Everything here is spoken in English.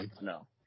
no